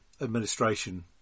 administration